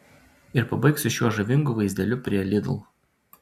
ir pabaigsiu šiuo žavingu vaizdeliu prie lidl